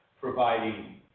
providing